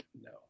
No